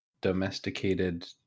domesticated